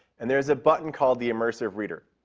and there's a button called the immersive reader.